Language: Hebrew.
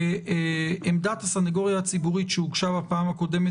בעמדת הסנגוריה הציבורית שהוגשה בפעם הקודמת